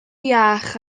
iach